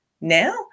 Now